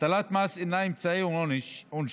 הטלת מס אינה אמצעי עונשי,